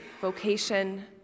vocation